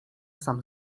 sam